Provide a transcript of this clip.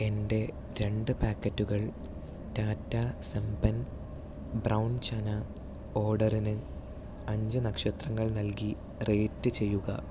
എന്റെ രണ്ടു പാക്കറ്റുകൾ ടാറ്റാ സംപൻ ബ്രൗൺചന ഓർഡറിന് അഞ്ചു നക്ഷത്രങ്ങൾ നൽകി റേറ്റ് ചെയ്യുക